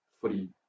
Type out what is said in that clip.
footy